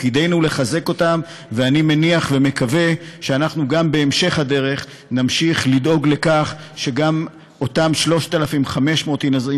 אני מניח ומקווה שבהמשך הדרך נמשיך לדאוג לכך שאותן 3,500 יחידות דיור,